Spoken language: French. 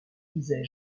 disais